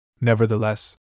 Nevertheless